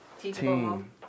team